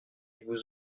vous